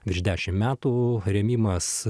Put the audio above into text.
virš dešim metų rėmimas